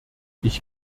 ich